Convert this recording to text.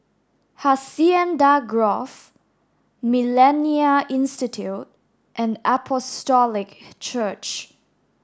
Hacienda Grove Millennia Institute and Apostolic Church